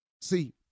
See